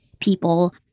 people